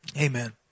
Amen